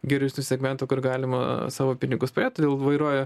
geresnių segmentų kur galima savo pinigus padėt todėl vairuoju